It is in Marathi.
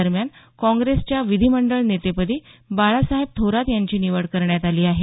दरम्यान काँग्रेसच्या विधीमंडळ नेतेपदी बाळासाहेब थोरात यांची निवड करण्यात आली आहे